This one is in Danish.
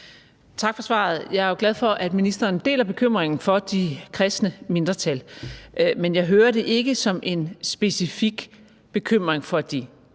Tak for svaret. Jeg er jo glad for, at ministeren deler bekymringen for de kristne mindretal, men jeg hører det ikke som en specifik bekymring for de